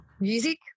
Music